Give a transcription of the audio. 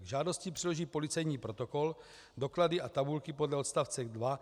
K žádosti přiloží policejní protokol, doklady a tabulky podle odstavce 2.